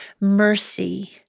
Mercy